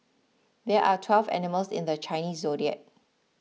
there are twelve animals in the Chinese zodiac